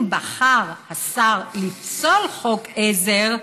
אם בחר השר לפסול חוק עזר,